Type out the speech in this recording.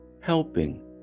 helping